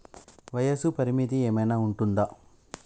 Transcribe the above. వయస్సు పరిమితి ఏమైనా ఉంటుందా?